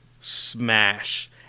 Smash